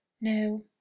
no